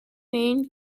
main